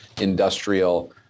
industrial